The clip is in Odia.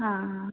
ହଁ ହଁ